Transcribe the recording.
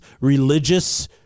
religious